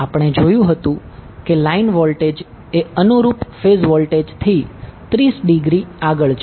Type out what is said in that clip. આપણે જોયું હતુ કે લાઇન વોલ્ટેજ એ અનુરૂપ ફેઝ વોલ્ટેજથી 30 ડિગ્રી આગળ છે